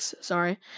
sorry